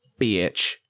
bitch